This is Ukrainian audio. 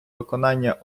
виконання